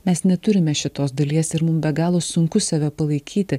mes neturime šitos dalies ir mum be galo sunku save palaikyti